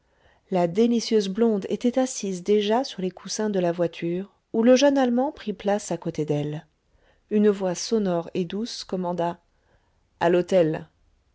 la délicieuse blonde était assise déjà sur les coussins de la voiture où le jeune allemand prit place à côté d'elle une voix sonore et douce commanda a l'hôtel